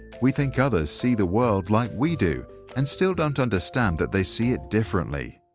we think others see the world like we do and still don't understand that they see it differently.